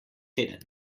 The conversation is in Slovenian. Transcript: teden